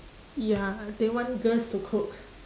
ya they want girls to cook